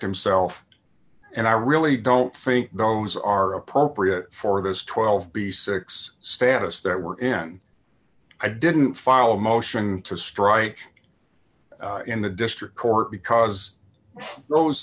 himself and i really don't think those are appropriate for those twelve b six status that were in i didn't file a motion to strike in the district court because those